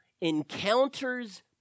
encounters